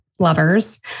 Lovers